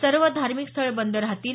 सर्व धार्मिक स्थळे बंद राहतील